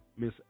Miss